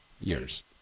years